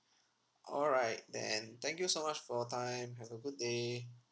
all right then thank you so much for your time have a good day